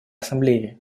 ассамблеи